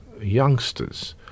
youngsters